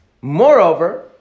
Moreover